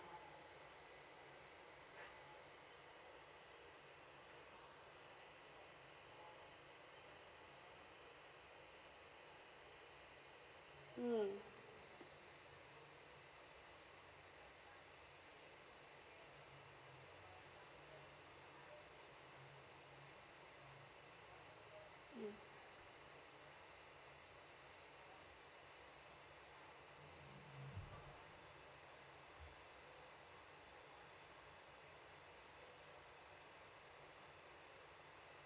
mm mm